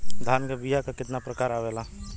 धान क बीया क कितना प्रकार आवेला?